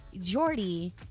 Jordy